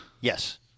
Yes